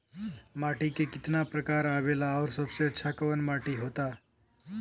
माटी के कितना प्रकार आवेला और सबसे अच्छा कवन माटी होता?